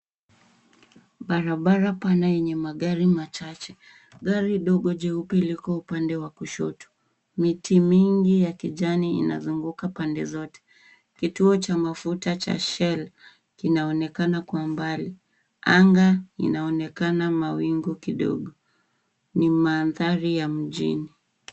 Barabara pana yenye magari machache. Gari dogo jeupe liko upande wa kushoto. Miti mingi ya kijani inazunguka pande zote. Kituo cha mafuta cha shell kinaonekana kwa umbali. Anga inaonekana mawingu kidogo. Ni mandhari ya mjini.